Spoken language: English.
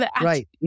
right